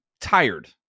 tired